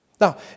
Now